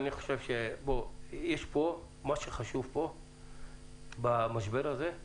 מה שחשוב במשבר הזה הוא